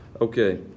Okay